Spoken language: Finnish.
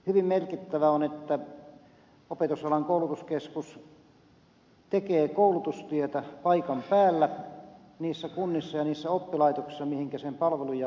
hyvin merkittävää on että opetusalan koulutuskeskus tekee koulutustyötä paikan päällä niissä kunnissa ja niissä oppilaitoksissa mihinkä sen palveluja pyydetään